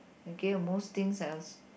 okay the most things else